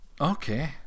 Okay